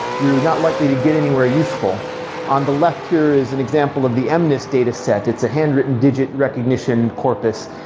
you're not likely to get anywhere useful on the left here is an example of the mnist data set. it's a handwritten digit recognition corpus,